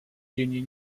union